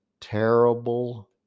terrible